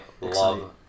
love